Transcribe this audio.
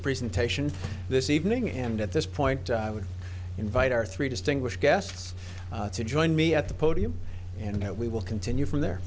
presentation this evening and at this point i would invite our three distinguished guests to join me at the podium and we will continue from there